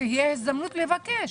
שתהיה הזדמנות לבקש.